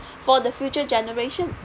for the future generation